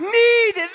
need